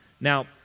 Now